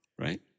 right